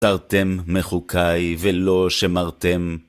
..תרתם מחוקיי, ולא שמרתם.